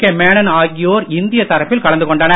K Menon ஆகியோர் இந்திய தரப்பில் கலந்து கொண்டனர்